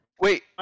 Wait